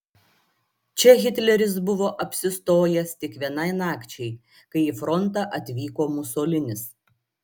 čia hitleris buvo apsistojęs tik vienai nakčiai kai į frontą atvyko musolinis